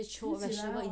不用挑